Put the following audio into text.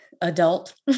adult